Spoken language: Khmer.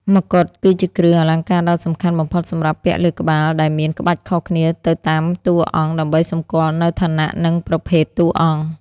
មកុដគឺជាគ្រឿងអលង្ការដ៏សំខាន់បំផុតសម្រាប់ពាក់លើក្បាល ដែលមាន ក្បាច់ខុសគ្នាទៅតាមតួអង្គ ដើម្បីសម្គាល់នូវឋានៈ និងប្រភេទតួអង្គ។